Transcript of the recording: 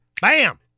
BAM